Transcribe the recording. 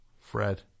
Fred